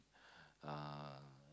uh